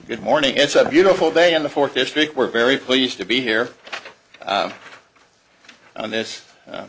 good morning it's a beautiful day in the fourth district we're very pleased to be here on this